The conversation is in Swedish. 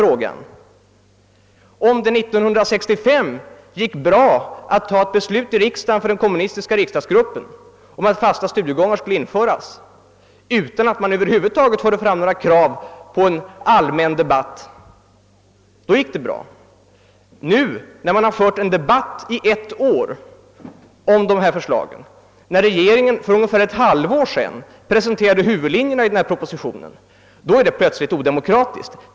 År 1965 gick det bra för den kommunistiska riksdagsgruppen att ta ett beslut i riksda gen om att fasta studiegångar skulle införas utan att man över huvud taget förde fram några krav på en allmän debatt. Men nu, när man fört en debatt under ett år om dessa förslag och sedan regeringen för ungefär ett halvår sedan presenterade huvudlinjerna i denna proposition, då är det plötsligt odemokratiskt!